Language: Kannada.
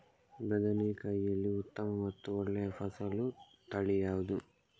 ಬದನೆಕಾಯಿಯಲ್ಲಿ ಉತ್ತಮ ಮತ್ತು ಒಳ್ಳೆಯ ಫಸಲು ತಳಿ ಯಾವ್ದು?